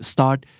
Start